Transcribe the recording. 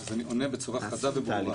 אז אני עונה בצורה חדה וברורה.